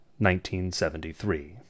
1973